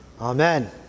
Amen